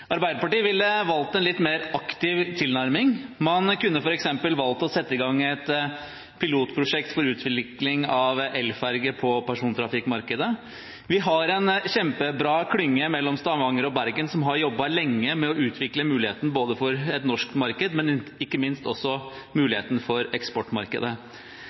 Arbeiderpartiet ville valgt en litt mer aktiv tilnærming. Man kunne f.eks. valgt å sette i gang et pilotprosjekt for utvikling av elferje på persontrafikkmarkedet. Vi har en kjempebra klynge mellom Stavanger og Bergen som har jobbet lenge med å utvikle muligheten for et norsk marked, men ikke minst også muligheten for eksportmarkedet.